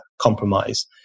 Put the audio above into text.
compromise